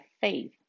faith